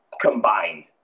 combined